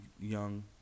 young